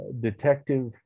Detective